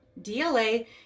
DLA